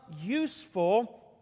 useful